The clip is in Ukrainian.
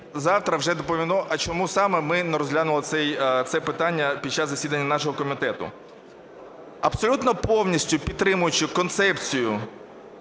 завтра вже доповімо, чому саме ми не розглянули це питання під час засідання нашого комітету. Абсолютно повністю підтримуючи концепцію